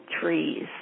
trees